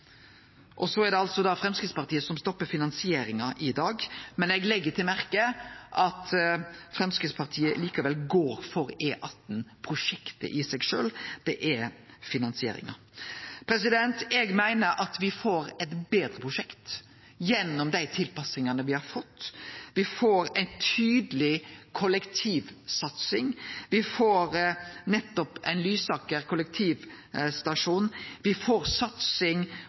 dag, men eg legg merke til at Framstegspartiet likevel går for E18-prosjektet i seg sjølv – det er finansieringa dei er imot. Eg meiner at me får eit betre prosjekt gjennom dei tilpassingane me har fått. Me får ei tydeleg kollektivsatsing. Me får Lysaker kollektivstasjon. Me får satsing